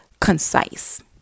concise